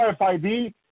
RFID